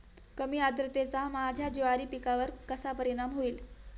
कमी आर्द्रतेचा माझ्या ज्वारी पिकावर कसा परिणाम होईल?